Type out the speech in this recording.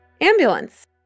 ambulance